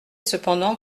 cependant